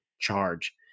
charge